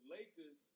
Lakers